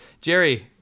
Jerry